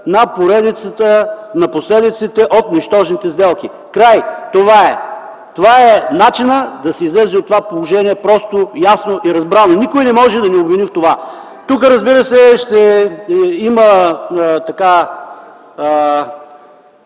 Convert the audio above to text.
на последиците от нищожните сделки. Край, това е! Това е начинът да се излезе от положението просто, ясно и разбрано. Никой не може да ни обвини в това. Тук, разбира се, ще има някои,